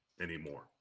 anymore